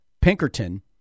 Pinkerton